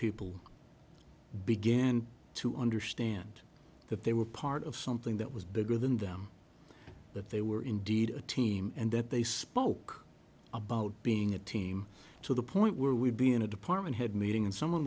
people begin to understand that they were part of something that was bigger than them that they were indeed a team and that they spoke about being a team to the point where we'd be in a department head meeting and someone